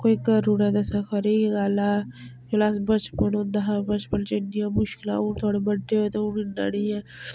कोई करी उड़ै तां सगुआं खरी गल्ल ऐ जेह्ड़ा अस बचपन होंदा हा बचपन च इन्नियां मुश्कलां हून थोह्ड़े बड्डे होए ते हून इन्ना नी ऐ